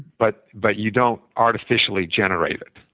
but but you don't artificially generate it.